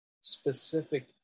specific